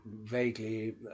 vaguely